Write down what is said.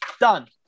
Done